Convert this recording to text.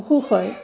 অসুখ হয়